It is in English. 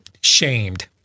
shamed